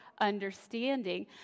understanding